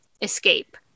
escape